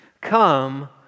come